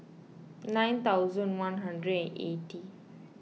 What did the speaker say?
nine thousand one hundred eighty